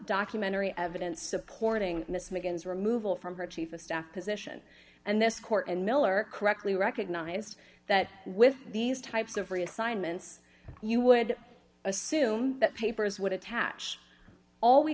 documentary evidence supporting this megan's removal from her chief of staff position and this court and miller correctly recognized that with these types of reassignments you would assume that papers would attach all we